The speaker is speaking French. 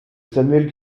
samuel